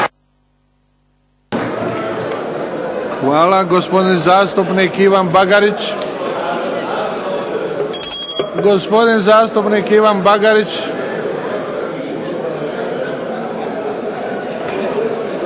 Hvala. Gospodin zastupnik Ante Kulušić.